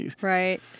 Right